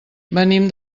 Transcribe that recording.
venim